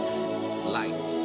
Light